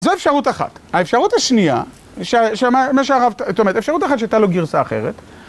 זו אפשרות אחת. האפשרות השנייה, זאת אומרת, אפשרות אחת שהייתה לו גרסה אחרת.